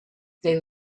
they